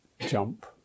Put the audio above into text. jump